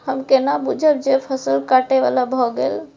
हम केना बुझब जे फसल काटय बला भ गेल?